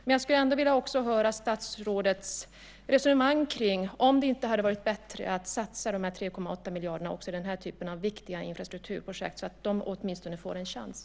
Men jag skulle ändå vilja höra statsrådets resonemang kring om det inte hade varit bättre att satsa de 3,8 miljarderna på viktiga infrastrukturprojekt så att de åtminstone får en chans.